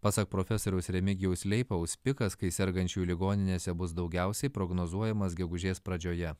pasak profesoriaus remigijaus leipaus pikas kai sergančiųjų ligoninėse bus daugiausiai prognozuojamas gegužės pradžioje